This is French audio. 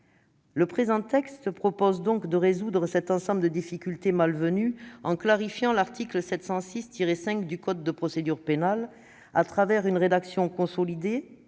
Le présent texte propose donc de résoudre cet ensemble de difficultés malvenues en clarifiant l'article 706-5 du code de procédure pénale grâce à une rédaction consolidée